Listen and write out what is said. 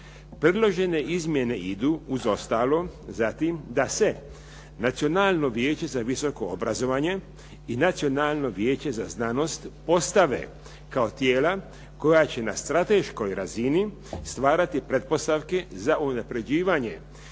Predložene izmjene idu uz ostalo zatim da se Nacionalno vijeće za visoko obrazovanje i Nacionalno vijeće za znanost postave kao tijela koja će na strateškoj razini stvarati pretpostavke za unapređivanje